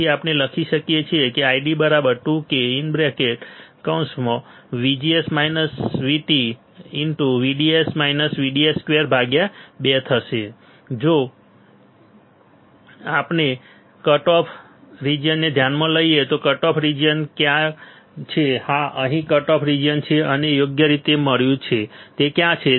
તેથી આપણે લખી શકીએ છીએ ID 2k VDS VDS2 2 જો આપણે કટ ઓફ રીજીયનને ધ્યાનમાં લઈએ તો કટ ઓફ રીજીયન ક્યાં છે હા અહીં કટ ઓફ રીજીયન છે તમને તે યોગ્ય રીતે મળ્યું તે ક્યાં છે